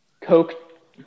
Coke